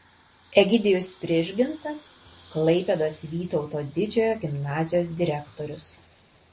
egidijus prižgintas klaipėdos vytauto didžiojo gimnazijos direktorius